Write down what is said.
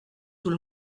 tout